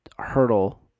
Hurdle